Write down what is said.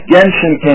Genshin